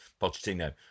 Pochettino